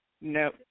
no